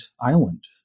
island